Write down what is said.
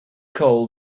call